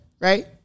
right